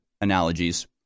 analogies